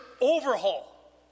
overhaul